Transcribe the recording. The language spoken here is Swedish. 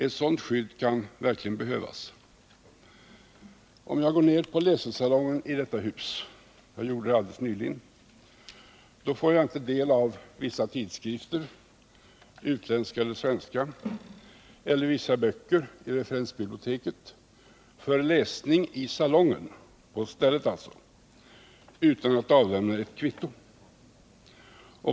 Ett sådant skydd kan verkligen behövas. Om jag går ned till Läsesalongen i detta hus—jag gjorde det nyligen — får jag inte del av vissa tidskrifter, utländska eller svenska, eller vissa böcker i referensbiblioteket för läsning i salongen, alltså på stället, utan att avlämna ett kvitto.